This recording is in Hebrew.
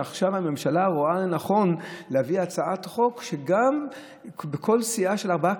שעכשיו הממשלה רואה לנכון להביא הצעת חוק שגם בכל סיעה של ארבעה,